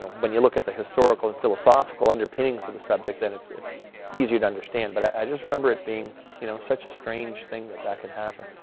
when you look at the historical and philosophical underpinnings of the subject then it's it's easier to understand. but i just remember it being you know such a strange thing that that could happen.